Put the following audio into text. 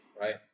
right